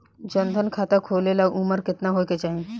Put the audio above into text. जन धन खाता खोले ला उमर केतना होए के चाही?